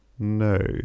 no